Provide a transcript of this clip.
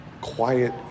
Quiet